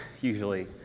usually